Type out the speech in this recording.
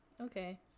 Okay